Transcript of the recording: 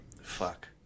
fuck